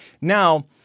Now